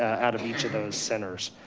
out of each of those centers.